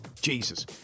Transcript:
Jesus